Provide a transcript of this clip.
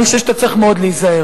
אני חושב שאתה צריך מאוד להיזהר,